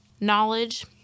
knowledge